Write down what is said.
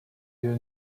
your